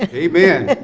ah amen!